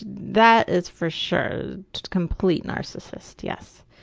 that is for sure, a complete narcissist, yes.